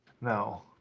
No